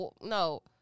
no